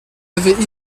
avaient